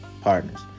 partners